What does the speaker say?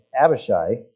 Abishai